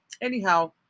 anyhow